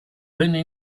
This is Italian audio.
venne